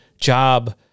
job